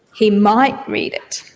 he might read it.